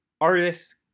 artists